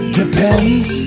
depends